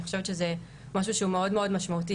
חושבת שזה משהו שהוא מאוד משמעותי.